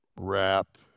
wrap